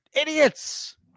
idiots